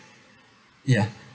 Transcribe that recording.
ya